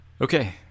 Okay